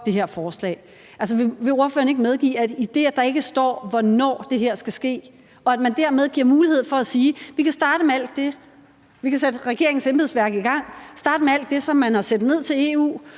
det her forslag. Altså, vil ordføreren ikke medgive, at der ikke står, hvornår det her skal ske, og at man dermed giver mulighed for at sige, at vi kan sætte regeringens embedsværk i gang og starte med alt det, som man har sendt ned til EU,